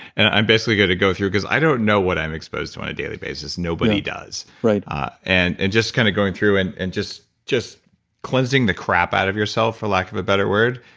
i'm basically gonna go through. because i don't know what i'm exposed to on a daily basis. nobody does right ah and and just kind of going through and and just just cleansing the crap out of yourself, for lack of a better word,